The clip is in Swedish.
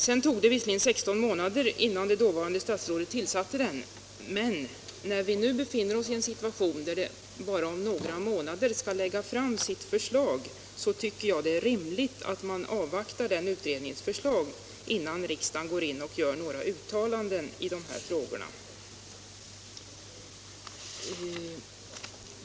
Sedan tog det visserligen 16 månader innan det dåvarande statsrådet tillsatte den, men när vi nu befinner oss i en situation där den här utredningen bara om några månader skall lägga fram sitt förslag tycker jag att det är rimligt att man avvaktar det förslaget, innan riksdagen går in och gör några uttalanden i de här frågorna.